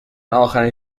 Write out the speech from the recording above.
آخرین